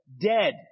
dead